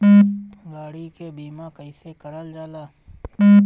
गाड़ी के बीमा कईसे करल जाला?